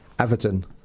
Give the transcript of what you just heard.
Everton